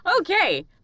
Okay